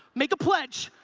make a pledge.